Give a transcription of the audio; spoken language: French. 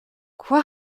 quoi